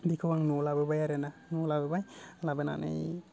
बेयाव आङो न'आव लाबोबाय आरो ना न'आव लाबोबाय लाबोनानै